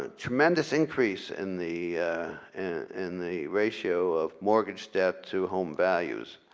ah tremendous increase in the in the ratio of mortgage debt to home values.